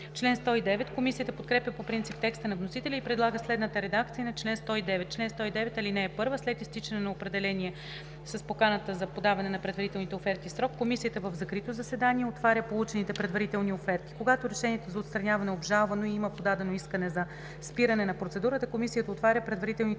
чл. 95.“ Комисията подкрепя по принцип текста на вносителя и предлага следната редакция на чл. 109: „Чл. 109. (1) След изтичане на определения с поканата за подаване на предварителни оферти срок комисията в закрито заседание отваря получените предварителни оферти. Когато решението за отстраняване е обжалвано и има подадено искане за спиране на процедурата, комисията отваря предварителните